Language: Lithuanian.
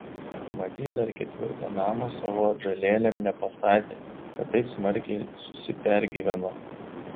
matyt dar ketvirto namo savo atžalėlėm nepastatė kad taip smarkiai susipergyveno